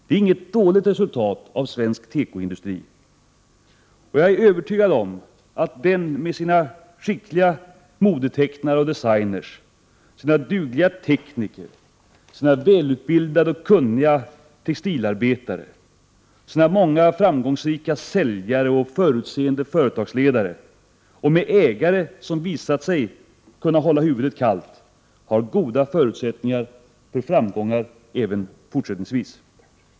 Det är inget dåligt resultat av svensk tekoindustri. Jag är övertygad om att tekoindustrin med sina skickliga modetecknare och designers, dugliga tekniker, välutbildade och kunniga textilarbetare, sina många framgångsrika säljare och förutseende företagsledare och med ägare som har visat sig kunna hålla huvudet kallt, även fortsättningsvis har goda möjligheter till framgångar.